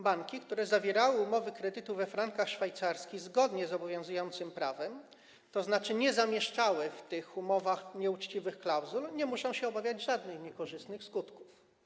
Banki, które zawierały umowy kredytów we frankach szwajcarskich zgodnie z obowiązującym prawem, tzn. nie zamieszczały w tych umowach nieuczciwych klauzul, nie muszą się obawiać żadnych niekorzystnych skutków.